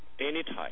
anytime